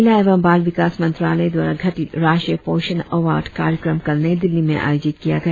महिला एवं बाल विकास मंत्रालय द्वारा गठित राष्ट्रीय पोषण अवार्ड कार्यक्रम कल नई दिल्ली में आयोजित किया गया